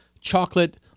Chocolate